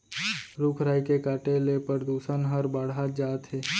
रूख राई के काटे ले परदूसन हर बाढ़त जात हे